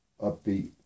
upbeat